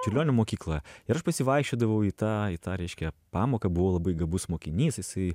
čiurlionio mokykloje ir aš pas jį vaikščiodavau į tą į tą reiškia pamoką buvau labai gabus mokinys jisai